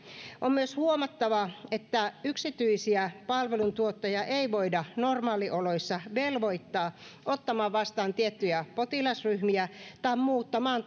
on myös huomattava että yksityisiä palveluntuottajia ei voida normaalioloissa velvoittaa ottamaan vastaan tiettyjä potilasryhmiä tai muuttamaan